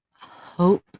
hope